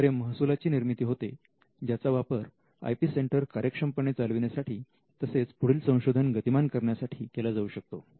याद्वारे महसुलाची निर्मिती होते ज्याचा वापर आय पी सेंटर कार्यक्षमपणे चालविण्यासाठी तसेच पुढील संशोधन गतिमान करण्यासाठी केला जाऊ शकतो